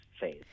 phase